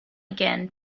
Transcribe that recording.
again